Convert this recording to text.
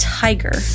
tiger